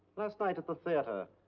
last night at the theater,